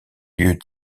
lieux